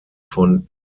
von